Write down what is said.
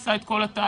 עשה את כל התהליך,